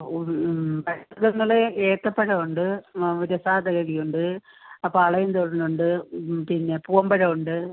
മ്മ് പഴവർഗ്ഗങ്ങൾ ഏത്തപ്പഴം ഉണ്ട് രസകദളിയുണ്ട് പാളയംതോടനുണ്ട് പിന്നെ പൂവൻപഴം ഉണ്ട്